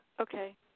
okay